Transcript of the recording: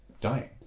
dying